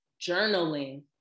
journaling